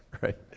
right